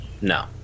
No